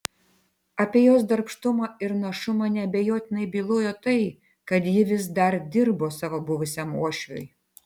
apie jos darbštumą ir našumą neabejotinai bylojo tai kad ji vis dar dirbo savo buvusiam uošviui